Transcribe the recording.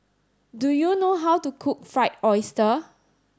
do you know how to cook fried oyster